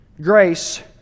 grace